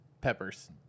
Peppers